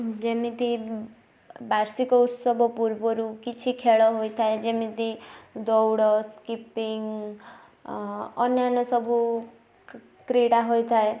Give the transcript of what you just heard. ଯେମିତି ବାର୍ଷିକ ଉତ୍ସବ ପୂର୍ବରୁ କିଛି ଖେଳ ହୋଇଥାଏ ଯେମିତି ଦୌଡ଼ ସ୍କିପିଂ ଅନ୍ୟାନ୍ୟ ସବୁ କ୍ରୀଡ଼ା ହୋଇଥାଏ